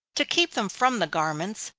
to keep them from the garments,